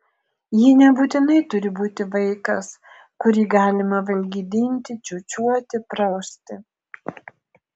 ji nebūtinai turi būti vaikas kurį galima valgydinti čiūčiuoti prausti